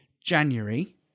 January